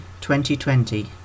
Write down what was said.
2020